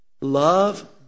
Love